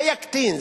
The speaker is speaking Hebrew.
זה יקטין,